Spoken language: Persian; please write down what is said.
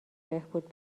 بهبود